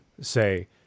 say